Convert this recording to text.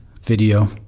video